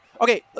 Okay